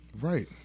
right